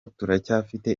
turacyafite